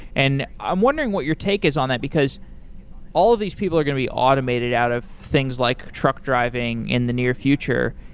and i'm wondering what your take is on that, because all of these people are going to be automated out of things like truck driving in the near future,